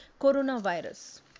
coronavirus